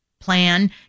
plan